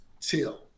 Till